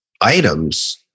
items